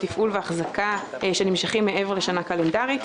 תפעול ואחזקה שנמשכות מעבר לשנה קלנדרית,